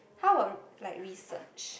how about like research